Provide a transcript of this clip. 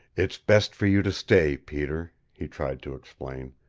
it's best for you to stay, peter, he tried to explain.